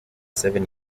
seven